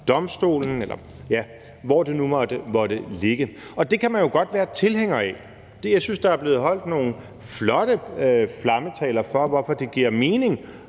Domstolen, hvor det nu måtte ligge. Det kan man jo godt være tilhænger af. Jeg synes, der er blevet holdt nogle flotte flammetaler for, hvorfor det giver mening,